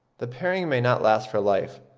the pairing may not last for life,